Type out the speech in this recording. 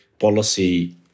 policy